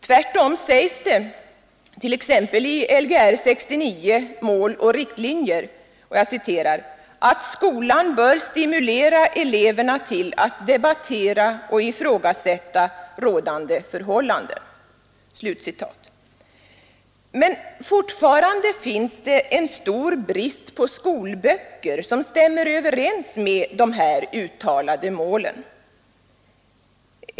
Tvärtom sägs det t.ex. i Lgr 69, Mål och riktlinjer, att ”skolan ——— bör stimulera eleverna till att debattera och ifrågasätta rådande förhållanden”. Men fortfarande råder det stor brist på skolböcker som stämmer överens med de uttalade målen.